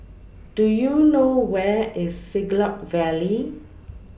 Do YOU know Where IS Siglap Valley